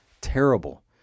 terrible